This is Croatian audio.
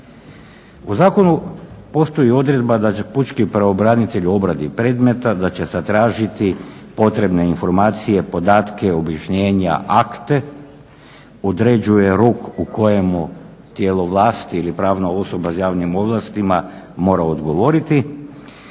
U zakonu postoji odredba da se pučki pravobranitelj u obradi predmeta da će zatražiti potrebne informacije, podatke, objašnjenja, akte, određuje rok u kojemu tijelo vlasti ili pravna osoba s javnim ovlastima mora odgovoriti